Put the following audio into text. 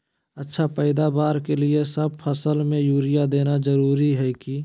अच्छा पैदावार के लिए सब फसल में यूरिया देना जरुरी है की?